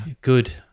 Good